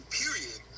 period